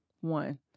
One